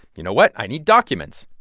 you know what? i need documents.